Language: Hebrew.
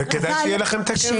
כדאי שיהיה לכם תקן?